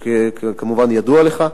שכמובן ידוע לך,